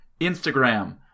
Instagram